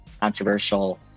controversial